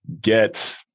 get